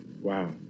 Wow